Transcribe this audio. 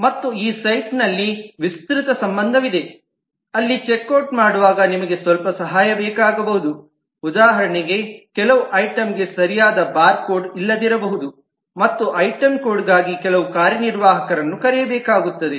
ಮತ್ತು ಈ ಸೈಟ್ನಲ್ಲಿ ವಿಸ್ತೃತ ಸಂಬಂಧವಿದೆ ಅಲ್ಲಿ ಚೆಕ್ ಔಟ್ ಮಾಡುವಾಗ ನಿಮಗೆ ಸ್ವಲ್ಪ ಸಹಾಯ ಬೇಕಾಗಬಹುದು ಉದಾಹರಣೆಗೆ ಕೆಲವು ಐಟಂಗೆ ಸರಿಯಾದ ಬಾರ್ ಕೋಡ್ ಇಲ್ಲದಿರಬಹುದು ಮತ್ತು ಐಟಂ ಕೋಡ್ಗಾಗಿ ಕೆಲವು ಕಾರ್ಯನಿರ್ವಾಹಕರನ್ನು ಕರೆಯಬೇಕಾಗುತ್ತದೆ